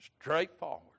Straightforward